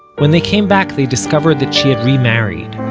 when they came back, they discovered that she had remarried.